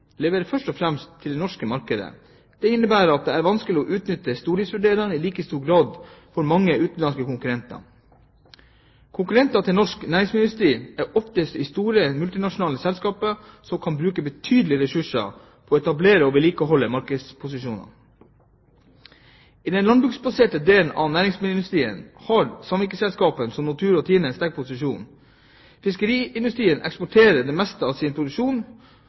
leverer først og fremst til det norske markedet. Det innebærer at det er vanskelig å utnytte stordriftsfordeler i like stor grad som for mange utenlandske konkurrenter. Konkurrentene til norsk næringsmiddelindustri er ofte store multinasjonale selskaper som kan bruke betydelige ressurser på å etablere og vedlikeholde markedsposisjoner. I den landbruksbaserte delen av næringsmiddelindustrien har samvirkeselskaper som Nortura og Tine en sterk posisjon. Fiskeindustrien eksporterer det meste av sin produksjon